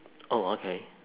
oh okay